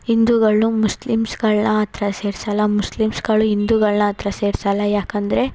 ಹಿಂದುಗಳನ್ನು ಮುಸ್ಲಿಮ್ಸ್ಗಳನ್ನ ಹತ್ರ ಸೇರಿಸಲ್ಲ ಮುಸ್ಲಿಮ್ಸ್ಗಳು ಹಿಂದೂಗಳ್ನ ಹತ್ರ ಸೇರಿಸಲ್ಲ ಯಾಕಂದರೆ